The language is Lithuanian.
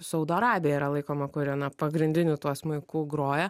saudo arabija yra laikoma kuri na pagrindiniu tuo smuiku groja